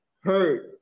hurt